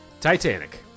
Titanic